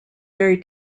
very